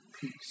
peace